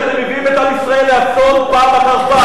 כי אתם מביאים את עם ישראל לאסון פעם אחר פעם.